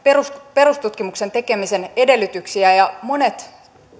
perustutkimuksen tekemisen edellytyksiä ja monet